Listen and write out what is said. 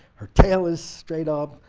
her tail is straight up,